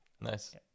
Nice